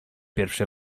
pierwszy